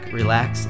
relax